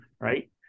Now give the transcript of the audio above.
right